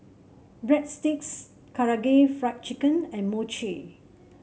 Breadsticks Karaage Fried Chicken and Mochi